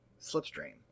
Slipstream